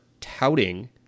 touting